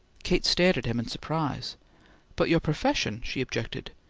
kate stared at him in surprise but your profession, she objected.